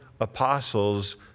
apostles